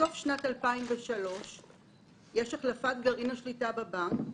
בסוף שנת 2003 יש החלפת גרעין שליטה בבנק.